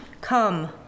Come